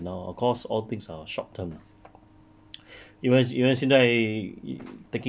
be it during the circuit breaker and now of course all things are short term